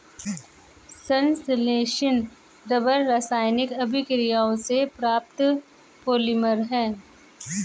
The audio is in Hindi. संश्लेषित रबर रासायनिक अभिक्रियाओं से प्राप्त पॉलिमर है